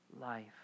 life